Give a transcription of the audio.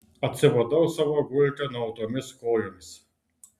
atsibudau savo gulte nuautomis kojomis